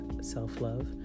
self-love